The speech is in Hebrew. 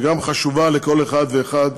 וגם חשובה לכל אחד ואחד